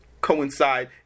coincide